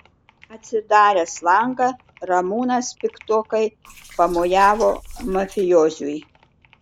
atsidaręs langą ramūnas piktokai pamojavo mafijoziui